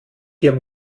ihrem